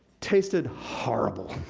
tasted horrible.